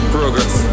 Progress